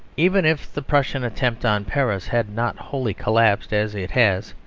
even if the prussian attempt on paris had not wholly collapsed as it has,